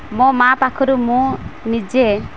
ମୋ ମାଆ ପାଖରୁ ମୁଁ ନିଜେ